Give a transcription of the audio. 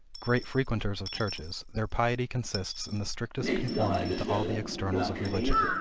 great frequenters of churches, their piety consists in the strictest conformity to all the externals of religion.